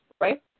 right